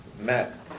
matt